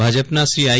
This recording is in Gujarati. ભાજપના શ્રી આઈ